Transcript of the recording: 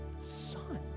son